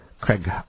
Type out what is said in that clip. Craig